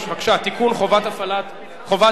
(תיקון, חובת השאלת